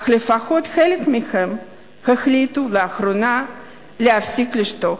אבל לפחות חלק מהם החליטו לאחרונה להפסיק לשתוק.